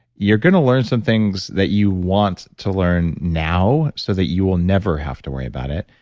you're going to learn some things that you want to learn now so that you will never have to worry about it.